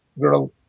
girl